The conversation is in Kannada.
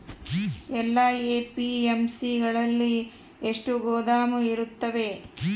ಎಲ್ಲಾ ಎ.ಪಿ.ಎಮ್.ಸಿ ಗಳಲ್ಲಿ ಎಷ್ಟು ಗೋದಾಮು ಇರುತ್ತವೆ?